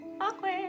Awkward